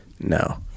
no